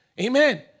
Amen